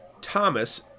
Thomas